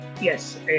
Yes